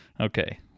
Okay